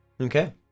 Okay